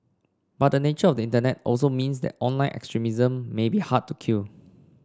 but the nature of the internet also means that online extremism may be hard to kill